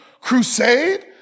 crusade